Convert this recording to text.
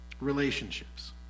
Relationships